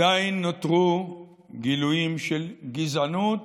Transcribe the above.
עדיין נותרו גילויים של גזענות